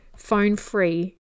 phone-free